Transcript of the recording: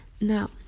Now